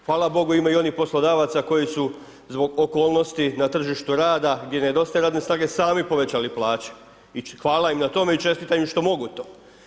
Hvala Bogu, ima i onih poslodavaca koji su zbog okolnosti na tržištu rada, gdje nedostaje radne snage, sami povećali plaće i hvala im na tome i čestitam im što mogu to.